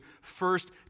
first